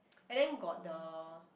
and then got the